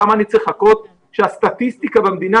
ולמה אני צריך לחכות שהסטטיסטיקה במדינה